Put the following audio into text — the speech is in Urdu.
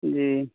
جی